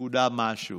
נקודה משהו,